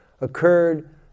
occurred